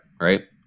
Right